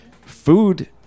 Food